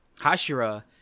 Hashira